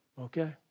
Okay